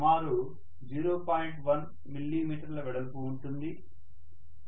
1 మిల్లీమీటర్ల వెడల్పు ఉంటుంది